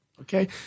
Okay